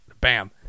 bam